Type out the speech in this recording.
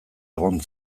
egon